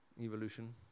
evolution